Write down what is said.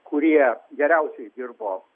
kurie geriausiai dirbo